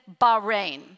Bahrain